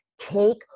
take